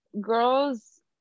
girls